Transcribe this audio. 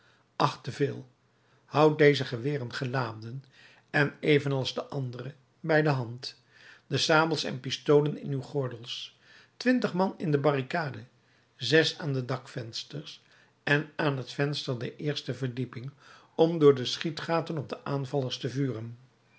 acht te veel houdt deze geweren geladen en evenals de andere bij de hand de sabels en pistolen in uw gordels twintig man in de barricade zes aan de dakvensters en aan het venster der eerste verdieping om door de schietgaten op de aanvallers te vuren